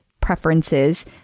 preferences